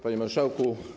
Panie Marszałku!